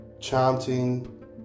chanting